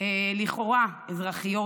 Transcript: לכאורה אזרחיות,